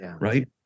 Right